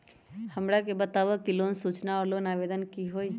हमरा के बताव कि लोन सूचना और लोन आवेदन की होई?